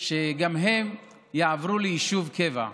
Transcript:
שגם הם יעברו ליישוב קבע.